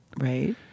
Right